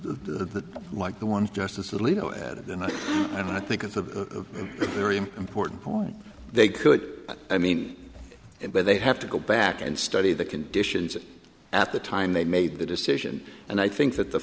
the like the one justice alito added and i and i think it's a very important point they could i mean it but they have to go back and study the conditions at the time they made the decision and i think that the